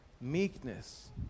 meekness